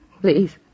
Please